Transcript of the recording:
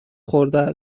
خورده